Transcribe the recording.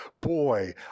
Boy